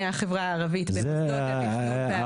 החברה הערבית במוסדות התכנון והבנייה".